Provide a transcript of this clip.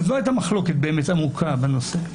לא הייתה באמת מחלוקת עמוקה בנושא.